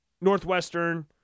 Northwestern